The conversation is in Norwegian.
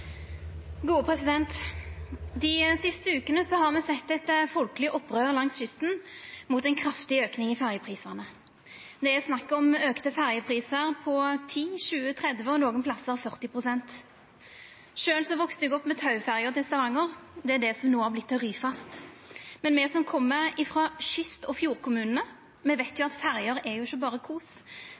siste vekene har me sett eit folkeleg opprør langs kysten mot ein kraftig auke i ferjeprisane. Det er snakk om auka ferjeprisar på 10, 20 og 30 pst., og nokre plassar på 40 pst. Sjølv vaks eg opp med Tau-ferja til Stavanger. Det er det som no har vorte til Ryfast. Me som kjem frå kyst- og fjordkommunane, veit jo at ferjer ikkje berre er kos;